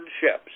ships